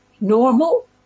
normal